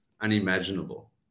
unimaginable